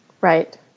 Right